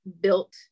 built